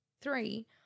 three